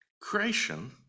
creation